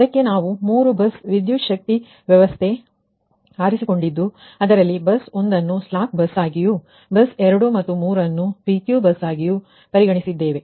ಅದಕ್ಕೆ ನಾವು ಮೂರು ಬಸ್ ವಿದ್ಯುತ್ ಶಕ್ತಿ ವ್ಯವಸ್ಥೆ ಆರಿಸಿಕೊಂಡಿದ್ದು ಅದರಲ್ಲಿ ಬಸ್ 1 ನ್ನು ಸ್ಲ್ಯಾಕ್ ಬಸ್ ಅಗಿಯೂ ಬಸ್ 2 ಮತ್ತು 3 ಅನ್ನು PQ ಬಸ್ ಅಗಿಯೂ ಪರಿಗಣಿಸಿದ್ದೇವೆ